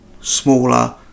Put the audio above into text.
smaller